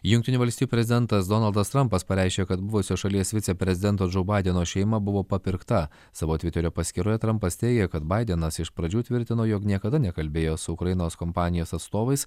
jungtinių valstijų prezidentas donaldas trumpas pareiškė kad buvusio šalies viceprezidento džou badeno šeima buvo papirkta savo tviterio paskyroje trampas teigia kad baidenas iš pradžių tvirtino jog niekada nekalbėjo su ukrainos kompanijos atstovais